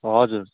हजुर